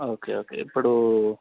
okay okay ఇప్పుడు